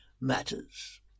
matters